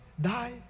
die